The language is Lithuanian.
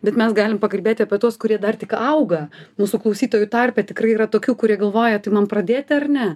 bet mes galime pakalbėti apie tuos kurie dar tik auga mūsų klausytojų tarpe tikrai yra tokių kurie galvoja tai man pradėti ar ne